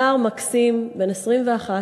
נער מקסים בן 21,